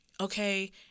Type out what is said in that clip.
okay